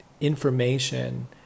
information